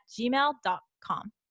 gmail.com